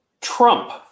Trump